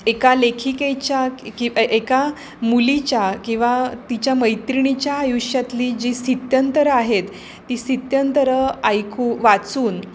एका लेखिकेच्या कि एका मुलीच्या किंवा तिच्या मैत्रिणीच्या आयुष्यातली जी स्थित्यंतरं आहेत ती स्थित्यंतरं ऐकू वाचून